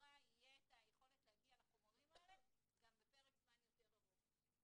שלמשטרה תהיה היכולת להגיע לחומרים האלה גם בפרק זמן יותר ארוך.